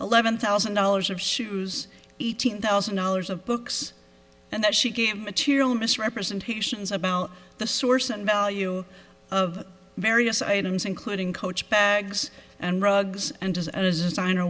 eleven thousand dollars of shoes eighteen thousand dollars of books and that she can material misrepresentations about the source and value of various items including coach bags and rugs and just as a sign or